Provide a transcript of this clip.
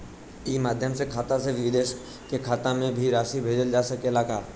ई माध्यम से खाता से विदेश के खाता में भी राशि भेजल जा सकेला का?